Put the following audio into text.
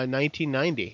1990